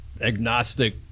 agnostic